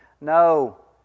No